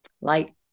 light